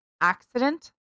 accident